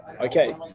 Okay